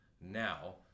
now